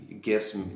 gifts